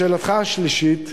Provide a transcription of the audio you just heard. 3. לשאלתך השלישית,